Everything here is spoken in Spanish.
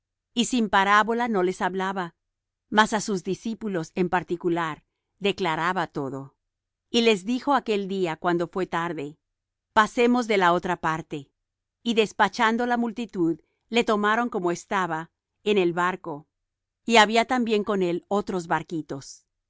y sin parábola no les hablaba mas á sus discípulos en particular declaraba todo y les dijo aquel día cuando fué tarde pasemos de la otra parte y despachando la multitud le tomaron como estaba en el barco y había también con él otros barquitos